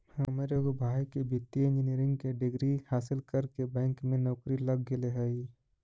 हमर एगो भाई के वित्तीय इंजीनियरिंग के डिग्री हासिल करके बैंक में नौकरी लग गेले हइ